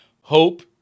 hope